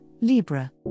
Libra